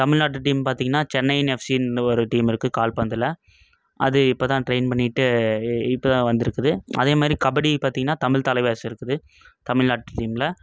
தமிழ்நாட்டு டீம் பார்த்திங்கனா சென்னைன்னு எஃப்சின்னு ஒரு டீம் இருக்கு கால்பந்தில் அது இப்போதான் ட்ரெயின் பண்ணிகிட்டு இப்போ தான் வந்துருக்குது அதேமாதிரி கபடி பார்த்திங்கனா தமிழ் தலைவாஸ் இருக்குது தமிழ்நாட்டு டீம்மில்